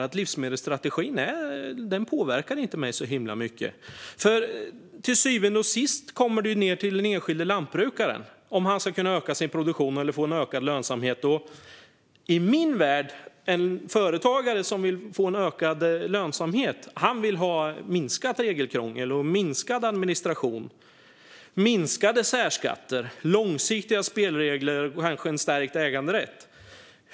De tycker inte att den påverkar dem så mycket. Till syvende och sist kommer det ned till om den enskilde lantbrukaren ska kunna öka sin produktion eller få en ökad lönsamhet. I min värld vill en företagare som vill få en ökad lönsamhet ha minskat regelkrångel, minskad administration, minskade särskatter, långsiktiga spelregler och kanske en stärkt äganderätt.